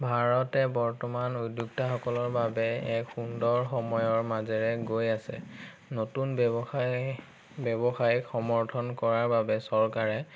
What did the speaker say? ভাৰতে বৰ্তমান উদ্যোক্তাসকলৰ বাবে এক সুন্দৰ সময়ৰ মাজেৰে গৈ আছে নতুন ব্যৱসায় ব্যৱসায়ক সমৰ্থন কৰাৰ বাবে চৰকাৰে